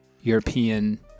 European